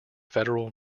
federal